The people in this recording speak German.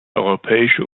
europäische